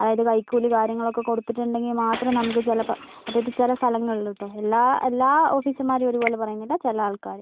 അതായത് കൈക്കൂലി കാര്യങ്ങളൊക്കെ കൊടുത്തിട്ടുണ്ടെങ്കിൽ മാത്രമേ നമുക്ക് ചിലപ്പോൾ അതായത് ചില സ്ഥലങ്ങളിൽ കേട്ടോ എല്ലാ എല്ലാ ഓഫീസർമാരേയും ഒരുപോലെ പറയുന്നില്ല ചില ആൾക്കാർ